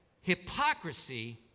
hypocrisy